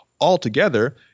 Altogether